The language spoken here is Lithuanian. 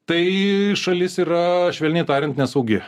tai šalis yra švelniai tariant nesaugi